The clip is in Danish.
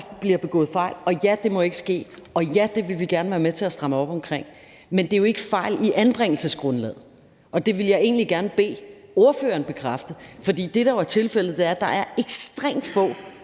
bliver begået fejl, og ja, det må ikke ske, og ja, det vil vi gerne være med til at stramme op omkring, men det er jo ikke fejl i anbringelsesgrundlaget, og det ville jeg egentlig gerne bede ordføreren bekræfte. For det, der jo er tilfældet, er, at der er ekstremt få